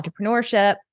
entrepreneurship